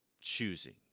choosing